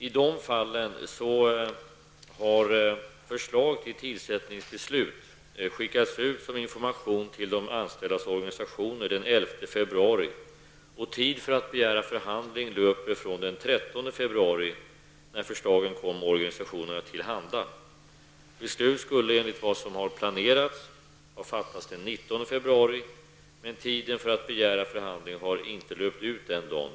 I de fallen har förslag till tillsättningsbeslut skickats ut som information till de anställdas organisationer den 11 februari. Tiden för att begära förhandling löper från den 13 februari, då förslagen kom organisationerna till handa. Beslut skulle enligt vad som planerats ha fattats den 19 februari, men tiden för att begära förhandlingar har inte löpt ut då.